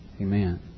amen